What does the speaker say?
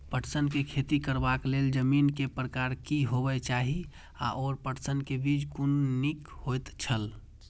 पटसन के खेती करबाक लेल जमीन के प्रकार की होबेय चाही आओर पटसन के बीज कुन निक होऐत छल?